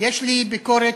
יש לי ביקורת